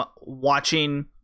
watching